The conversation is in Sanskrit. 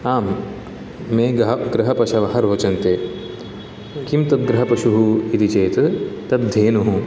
आम् मे गृह पशवः रोचन्ते किं तद् गृह पशुः इति चेत् तद् धेनुः